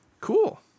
Cool